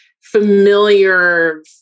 familiar